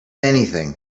anything